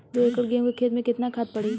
दो एकड़ गेहूँ के खेत मे केतना खाद पड़ी?